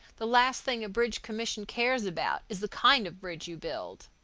the last thing a bridge commission cares about is the kind of bridge you build.